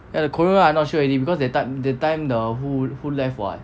ya the korean [one] I not sure already because that time that time the who left [what]